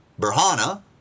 Berhana